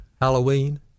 Halloween